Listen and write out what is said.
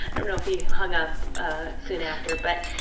um know if he hung up, ah soon after, but,